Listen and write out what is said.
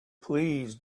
please